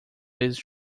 vezes